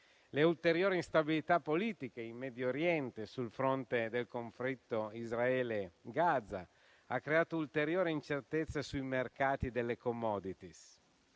Le ulteriori instabilità politiche in Medio Oriente sul fronte del conflitto Israele-Gaza ha creato ulteriore incertezza sui mercati delle *commodities*.